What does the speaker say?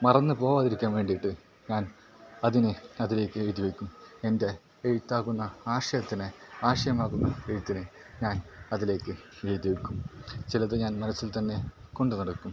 മറന്ന് പോകാതിരിക്കാൻ വേണ്ടിയിട്ട് ഞാൻ അതിനെ അതിലേക്ക് എഴുതി വയ്ക്കും എൻ്റെ എഴുത്താകുന്ന ആശയത്തിനെ ആശയമാകുന്ന എഴുത്തിനെ ഞാൻ അതിലേക്ക് എഴുതി വയ്ക്കും ചിലത് ഞാൻ മനസ്സിൽ തന്നെ കൊണ്ട് നടക്കും